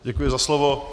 Děkuji za slovo.